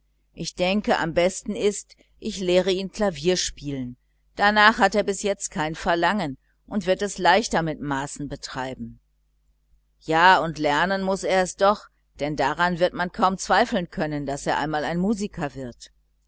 ich denke am besten ist ich lehre ihn klavierspielen danach hat er bis jetzt kein verlangen und wird es leichter mit maßen treiben ja und lernen muß er es doch denn daran wird man kaum zweifeln können daß er einmal ein musiker wird